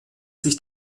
sich